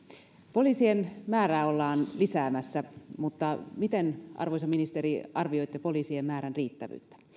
poliisien määrää ollaan lisäämässä mutta miten arvoisa ministeri arvioitte poliisien määrän riittävyyttä